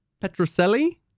Petroselli